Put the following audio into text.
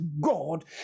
God